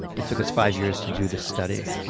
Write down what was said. it took us five years to do the study,